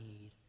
need